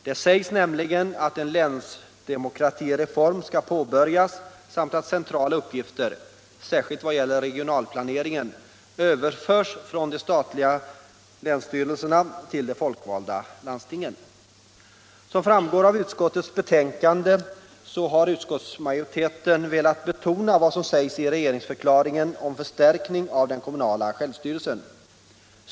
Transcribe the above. Där sägs nämligen att en länsdemokratireform skall påbörjas samt att centrala uppgifter, särskilt i vad gäller regionalplanering, överförs från de statliga länsstyrelserna till de folkvalda landstingen. Som framgår av utskottets betänkande har utskottsmajoriteten velat betona vad som sägs i regeringsförklaringen om förstärkning av den kommunala självstyrelsen.